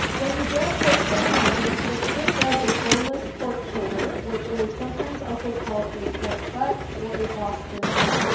when you grab pork from the market, make sure to grab a boneless pork shoulder, which is sometimes also called a pork butt or a boston butt.